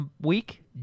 week